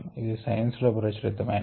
ఇది సైన్స్ లో ప్రచురిత మయినది